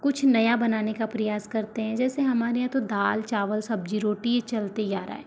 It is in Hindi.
कुछ नया बनाने का प्रयास करते हैं जैसे हमारे यहाँ तो दाल चावल सब्जी रोटी ही चलते आ रहा है